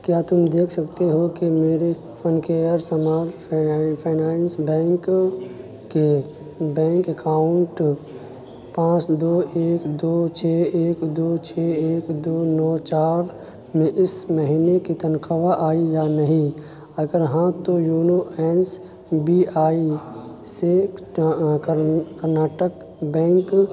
کیا تم دیکھ سکتے ہو کہ میرے phone care small finance bank کے بینک اکاؤنٹ پانچ دو ایک دو چھ ایک دو چھ ایک دو نو چار میں اس مہینے کی تنخواہ آئی یا نہیں اگر ہاں تو یونو اینس بی آئی سے کرناٹک بینک